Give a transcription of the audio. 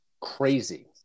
crazy